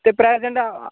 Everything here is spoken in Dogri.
ते प्रेजेंट